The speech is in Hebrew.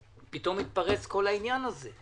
פתאום כל העניין הזה התפרץ.